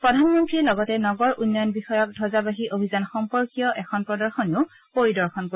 প্ৰধানমন্ত্ৰীয়ে লগতে নগৰ উন্নয়ন বিষয়ক ধবজাবাহী মিছন সম্পৰ্কীয় এখন প্ৰদশনীও পৰিদৰ্শন কৰিব